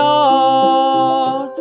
Lord